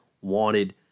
wanted